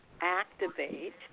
activate